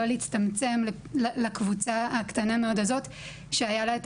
לא להצטמצם לקבוצה הקטנה מאוד הזאת שהיה לה את